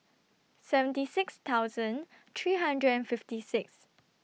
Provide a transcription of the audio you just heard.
seventy six thousand three hundred and fifty six